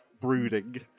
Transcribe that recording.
brooding